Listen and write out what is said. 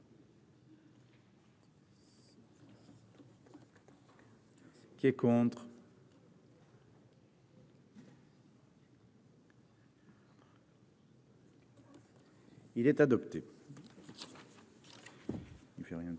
Qui est contre. Il est adopté,